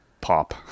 Pop